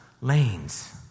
lanes